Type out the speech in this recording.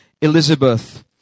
Elizabeth